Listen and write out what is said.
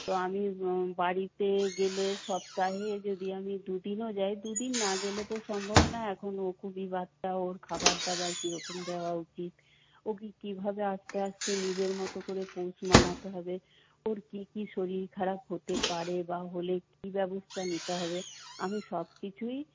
তো আমি বাড়িতে গেলে সপ্তাহে যদি আমি দুদিনও যাই দুদিন না গেলে তো সম্ভব না এখন ও খুবই বাচ্চা ওর খাবার দাবার কীরকম দেওয়া উচিত ওকে কীভাবে আস্তে আস্তে নিজের মতো করে পোষ মানাতে হবে ওর কী কী শরীর খারাপ হতে পারে বা হলে কী ব্যবস্থা নিতে হবে আমি সব কিছুই